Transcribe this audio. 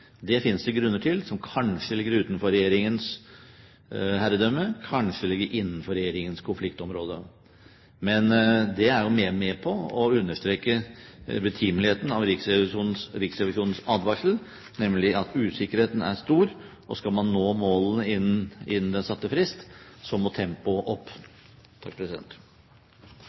Det finnes det grunner til som kanskje ligger utenfor regjeringens herredømme, kanskje innenfor regjeringens konfliktområde. Men det er jo med på å understreke betimeligheten av Riksrevisjonens advarsel, nemlig at usikkerheten er stor, og skal man nå målene innen den satte frist, så må tempoet opp.